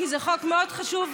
כי זה חוק מאוד חשוב,